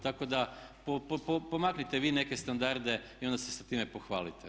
Tako da, pomaknite vi neke standarde i onda se sa time pohvalite.